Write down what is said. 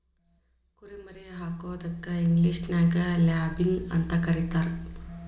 ಕುರಿ ಮರಿ ಹಾಕೋದಕ್ಕ ಇಂಗ್ಲೇಷನ್ಯಾಗ ಲ್ಯಾಬಿಂಗ್ ಅಂತ ಕರೇತಾರ